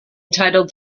titled